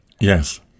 Yes